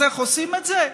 אז איך עושים את זה?